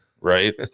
right